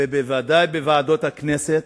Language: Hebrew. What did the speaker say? ובוודאי בוועדות הכנסת,